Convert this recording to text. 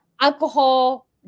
alcohol